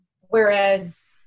whereas